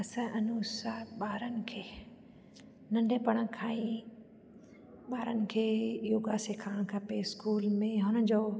असां अनुसार ॿारनि खे नंढेपण खां ई ॿारनि खे योगा सिखणु खपे स्कूल में हुननि जो